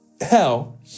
hell